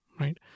right